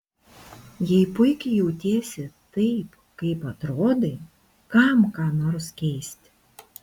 jei puikiai jautiesi taip kaip atrodai kam ką nors keisti